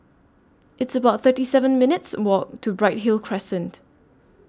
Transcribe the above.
It's about thirty seven minutes' Walk to Bright Hill Crescent